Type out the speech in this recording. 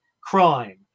crime